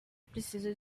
precisa